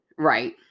Right